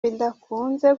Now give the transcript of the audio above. bidakunze